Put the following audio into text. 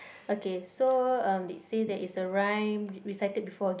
okay so um they say that is a rhyme recited before again